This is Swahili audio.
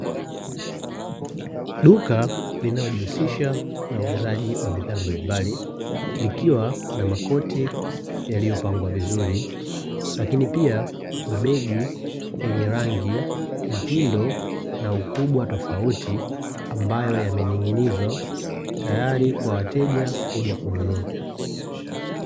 Duka linalojihusisha na uuzaji wa bidhaa mbalimbali, likiwa na makoti yaliyopangwa vizuri, lakini pia mabegi yenye rangi, mtindo na ukubwa tofauti, ambayo yamening’inizwa tayari kwa wateja kuja kununua.